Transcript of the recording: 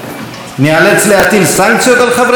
ניאלץ להטיל סנקציות על חברי הכנסת?